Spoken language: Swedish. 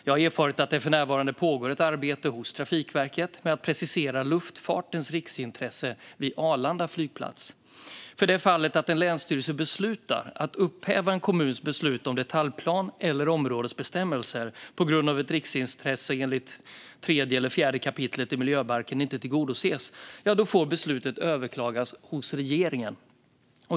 Jag har erfarit att det för närvarande pågår ett arbete hos Trafikverket med att precisera luftfartens riksintresse vid Arlanda flygplats. För det fall att en länsstyrelse beslutar att upphäva en kommuns beslut om detaljplan eller områdesbestämmelser på grund av att ett riksintresse enligt 3 eller 4 kap. miljöbalken inte tillgodoses får beslutet överklagas hos regeringen.